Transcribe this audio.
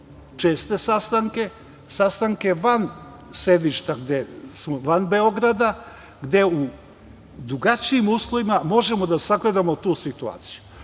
česte sastanke, sastanke van sedišta, van Beograda, gde u drugačijim uslovima možemo da sagledamo tu situaciju. Mi